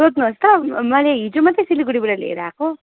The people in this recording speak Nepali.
सोध्नुहोस् त मैले हिजो मात्रै सिलगढीबाट लिएर आएको